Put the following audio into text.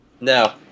No